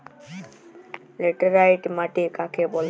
Laterite মাটি কাকে বলে?